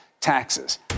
taxes